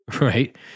Right